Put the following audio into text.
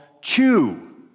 chew